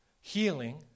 healing